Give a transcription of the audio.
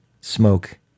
Smoke